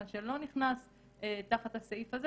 מה שלא נכנס תחת הסעיף הזה,